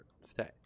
stay